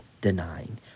denying